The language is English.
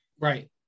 Right